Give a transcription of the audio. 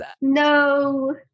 No